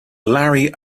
larry